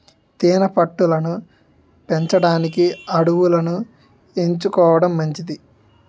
తేనె పట్టు లను పెంచడానికి అడవులను ఎంచుకోవడం మంచిది